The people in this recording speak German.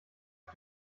auf